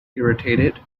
irritated